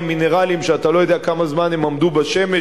מינרליים שאתה לא יודע כמה זמן הם עמדו בשמש,